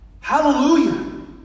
Hallelujah